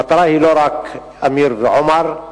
המטרה היא לא רק אמיר ועומר,